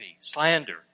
slander